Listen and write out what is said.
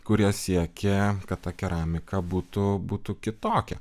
kurie siekė kad ta keramika būtų būtų kitokia